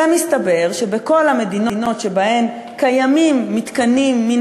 ומסתבר שבכל המדינות שבהן קיימים מתקנים מן